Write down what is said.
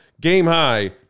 game-high